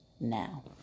now